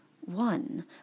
one